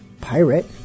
Pirate